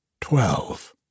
twelve